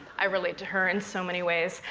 i relate to her in so many ways.